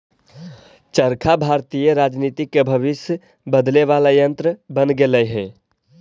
चरखा भारतीय राजनीति के भविष्य बदले वाला यन्त्र बन गेले हई